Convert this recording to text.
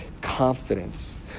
confidence